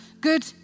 good